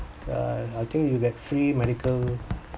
uh I think you get free medical